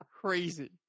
crazy